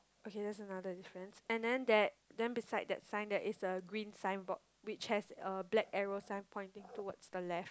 okay that's another difference and then there then beside that sign there is a green signboard which has a black arrow sign pointing towards the left